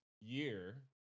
year